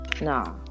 nah